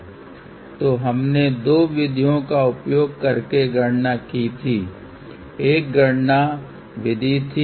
तो हमने दो विधियो का उपयोग करके गणना की थी एक गणना विधी थी